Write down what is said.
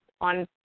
on